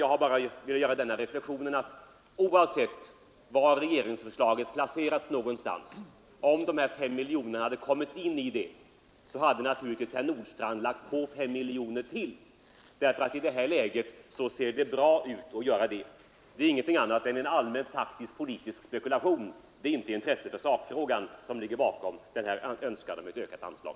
Jag har bara velat göra den reflexionen att oavsett var regeringens förslag hade legat skulle naturligtvis herr Nordstrandh lagt på dessa 5 miljoner kronor, eftersom det ser bra ut att göra det i detta läge. Men det är ingenting annat än en allmän taktisk-politisk spekulation; det är inte något intresse för sakfrågan som ligger bakom förslaget om ökat anslag.